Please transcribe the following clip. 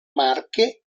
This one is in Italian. marche